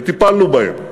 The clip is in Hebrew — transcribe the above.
וטיפלנו בהם.